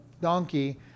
donkey